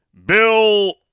Bill